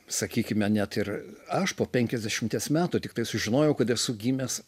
sakykime net ir aš po penkiasdešimties metų tiktai sužinojau kad esu gimęs